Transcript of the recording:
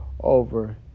over